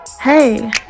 Hey